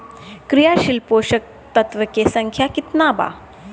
क्रियाशील पोषक तत्व के संख्या कितना बा?